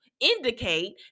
indicate